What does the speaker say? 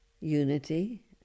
unity